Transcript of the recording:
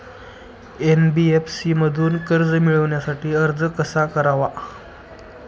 NBFC मधून कर्ज मिळवण्यासाठी अर्ज कसा करावा?